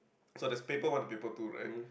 so there's paper one and paper two right